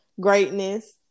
Greatness